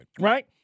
right